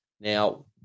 Now